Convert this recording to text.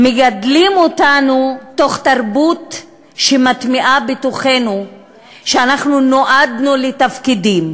מגדלים אותנו בתרבות שמטמיעה בתוכנו שנועדנו לתפקידים.